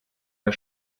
wir